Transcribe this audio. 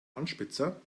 anspitzer